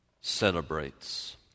celebrates